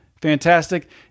fantastic